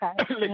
Okay